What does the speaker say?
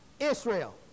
Israel